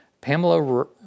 Pamela